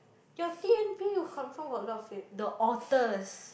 your t_m_p would confirm got a lot of the otters